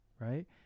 right